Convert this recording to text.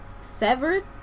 Severed